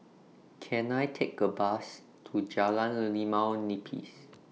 Can I Take A Bus to Jalan Limau Nipis